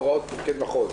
הוראות מפקד מחוז,